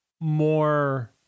more